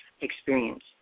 experience